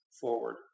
forward